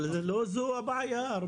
אבל לא זו הבעיה.